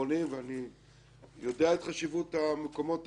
ואני יודע את חשיבות המקומות הללו,